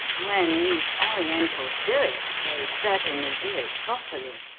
when these orientals do it they certainly do it properly.